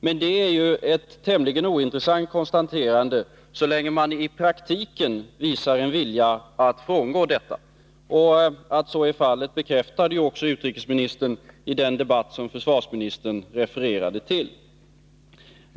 Men det är ju ett tämligen ointressant konstaterande, så länge man i praktiken visar en vilja att frångå detta. Att så är fallet bekräftade också utrikesministern i den debatt som försvarsministern refererade till.